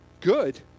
Good